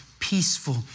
peaceful